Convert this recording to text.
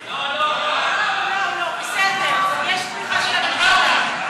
הכנסה (נקודת זיכוי ליחיד שסיים לימודי מקצוע),